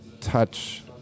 touch